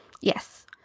Yes